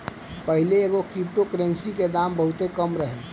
पाहिले एगो crypto currency के दाम बहुते कम रहे